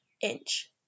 inch